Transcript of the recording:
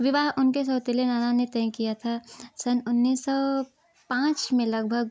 विवाह उनके सौतेले नाना ने तय किया था सन उन्नीस सौ पाँच में लगभग